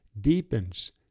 deepens